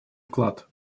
вклад